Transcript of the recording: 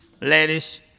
ladies